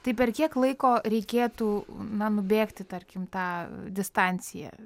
tai per kiek laiko reikėtų na nubėgti tarkim tą distanciją